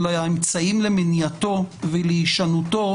אלא האמצעי למניעתו ולהישנותו.